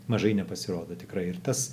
mažai nepasirodo tikrai ir tas